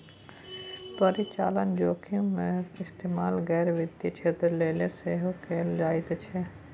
परिचालन जोखिमक इस्तेमाल गैर वित्तीय क्षेत्र लेल सेहो कैल जाइत छै